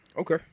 Okay